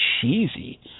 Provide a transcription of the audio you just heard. cheesy